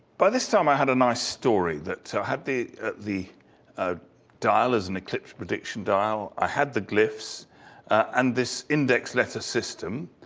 by this time, i had a nice story that so had the the ah dial as an eclipse prediction dial. i had the glyphs and this index letter system.